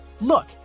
look